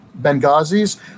Benghazis